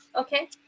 Okay